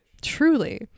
truly